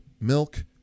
milk